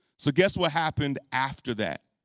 so guess what happened after that?